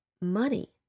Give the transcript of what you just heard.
money